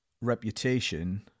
reputation